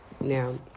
Now